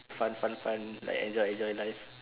fun fun fun like enjoy enjoy life